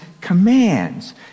commands